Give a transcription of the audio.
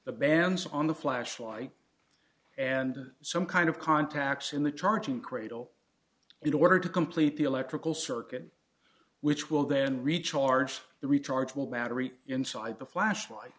the bands on the flashlight and some kind of contacts in the charging cradle in order to complete the electrical circuit which will then recharge the rechargeable battery inside the flashlight